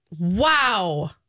Wow